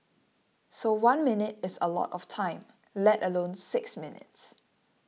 so one minute is a lot of time let alone six minutes